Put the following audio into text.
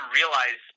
realize